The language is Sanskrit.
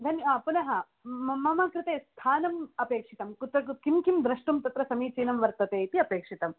धन्या पुनः म् मम कृते स्थानम् अपेक्षितं कुत्र कुत् किं किं द्रष्टुं तत्र समीचिनं वर्तते इति अपेक्षितं